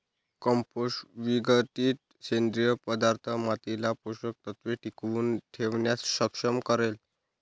compost विघटित सेंद्रिय पदार्थ मातीला पोषक तत्व टिकवून ठेवण्यास सक्षम करेल